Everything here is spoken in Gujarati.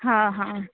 હા હા